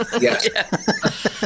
Yes